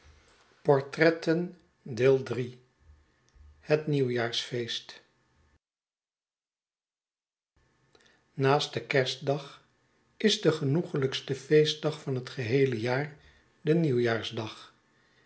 de genoeglijkste feestdag van het geheele jaar de nieuwjaarsdag